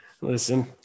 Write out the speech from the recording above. Listen